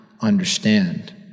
understand